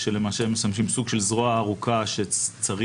ושלמעשה הם משמשים סוג של זרוע ארוכה שצריכה